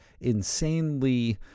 insanely